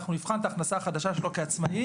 אנחנו נבחן את ההכנסה החדשה שלו כעצמאי